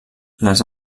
les